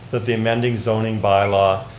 that the amending zoning by-law